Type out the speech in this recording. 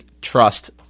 trust